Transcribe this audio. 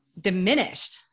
diminished